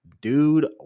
Dude